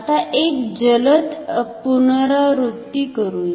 आता एक जलद पुनरावृत्ती करूया